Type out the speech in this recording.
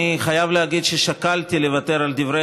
אני חייב להגיד ששקלתי לוותר על דברי